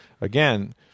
Again